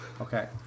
Okay